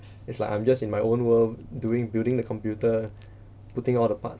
it's like I'm just in my own world doing building the computer putting all the part